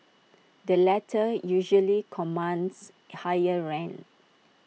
the latter usually commands higher rent